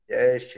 Yes